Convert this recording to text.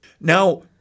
Now